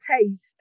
taste